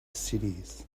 cities